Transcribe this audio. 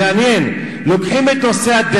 הכול קשור לש"ס.